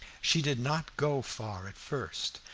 she did not go far at first,